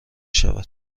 شود